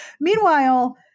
Meanwhile